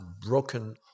broken